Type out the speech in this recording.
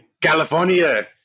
California